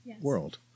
world